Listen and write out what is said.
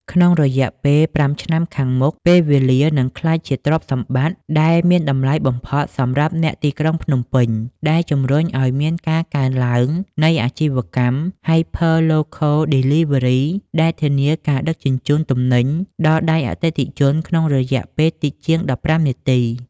ក្នុងរយៈពេល ៥ ឆ្នាំខាងមុខ ពេលវេលានឹងក្លាយជាទ្រព្យសម្បត្តិដែលមានតម្លៃបំផុតសម្រាប់អ្នកទីក្រុងភ្នំពេញ ដែលជម្រុញឱ្យមានការកើនឡើងនៃអាជីវកម្ម "Hyper-local delivery" ដែលធានាការដឹកជញ្ជូនទំនិញដល់ដៃអតិថិជនក្នុងរយៈពេលតិចជាង ១៥ នាទី។